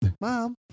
Mom